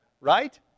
Right